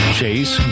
Chase